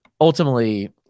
ultimately